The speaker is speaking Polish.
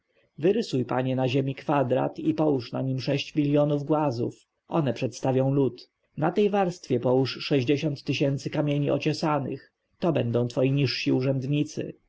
odpowiedział wyrysuj panie na ziemi kwadrat i połóż na nim sześć miljonów głazów one przedstawią lud na tej warstwie połóż sześćdziesiąt tysięcy kamieni ociosanych to będą twoi niżsi urzędnicy